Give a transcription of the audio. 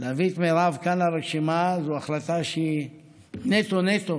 להביא את מירב לכאן לרשימה זו החלטה שהיא נטו נטו